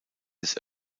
des